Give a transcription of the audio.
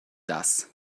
das